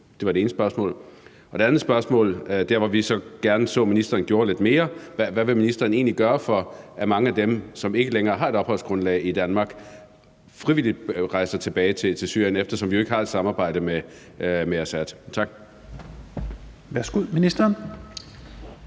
Det var det ene spørgsmål. Det andet spørgsmål er i forhold til der, hvor vi så gerne så at ministeren gjorde lidt mere: Hvad vil ministeren egentlig gøre, for at mange af dem, som ikke længere har et opholdsgrundlag i Danmark, frivilligt rejser tilbage til Syrien, eftersom vi jo ikke har et samarbejde med Assad? Tak. Kl. 10:35 Fjerde